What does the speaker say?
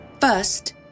First